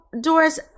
Doris